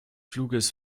fluges